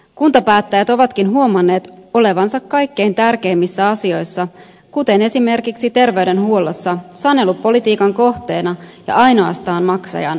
kuntapäättäjät ovatkin huomanneet olevansa kaikkein tärkeimmissä asioissa kuten esimerkiksi terveydenhuollossa sanelupolitiikan kohteena ja ainoastaan maksajan asemassa